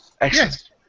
Yes